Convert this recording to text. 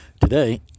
Today